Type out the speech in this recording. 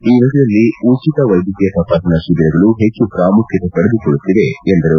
ಈ ನಿಟ್ಟನಲ್ಲಿ ಉಚತ ವೈದ್ಯಕೀಯ ತಪಾಸಣಾ ಶಿಬಿರಗಳು ಹೆಚ್ಚು ಪ್ರಾಮುಖ್ಯತೆ ಪಡೆದುಕೊಳ್ಳುತ್ತಿವೆ ಎಂದರು